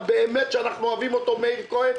שאנחנו באמת אוהבים אותו,